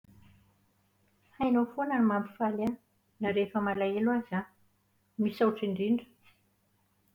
Hainao foana ny mampifaly anahy na rehefa malahelo aza aho. Misaotra indrindra.